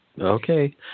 okay